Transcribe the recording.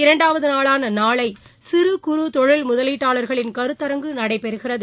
இரண்டாவதுநாளானநாளை சிறு குறு தொழில் முதலீட்டாளர்களின் கருத்தரங்கு நடைபெறுகிறது